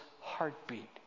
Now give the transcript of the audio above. heartbeat